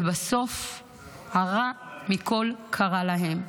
ובסוף הרע מכול קרה להם.